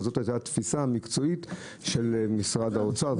אבל זו הייתה התפיסה המקצועית של משרד האוצר.